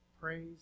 praise